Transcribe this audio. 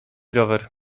rower